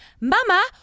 Mama